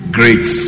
great